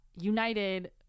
United